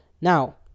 now